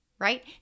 Right